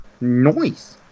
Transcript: noise